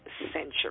century